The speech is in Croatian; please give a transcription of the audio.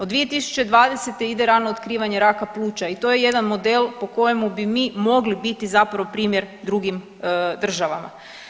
Od 2020. ide rano otkrivanje raka pluća i to je jedan model po kojemu bi mili mogli biti zapravo primjer drugim državama.